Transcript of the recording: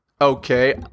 Okay